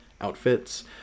outfits